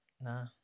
Nah